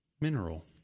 mineral